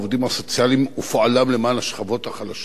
הסוציאליים ופועלים למען השכבות החלשות,